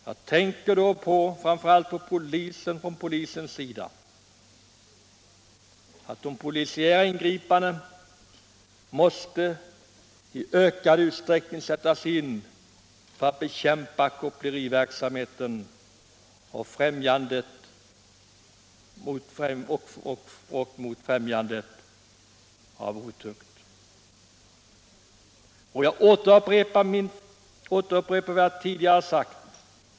Jag tänker då framför allt 47 på att polisiära ingripanden i ökad utsträckning måste sättas in för att bekämpa koppleriverksamhet och otukt.